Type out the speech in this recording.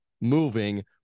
moving